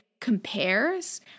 compares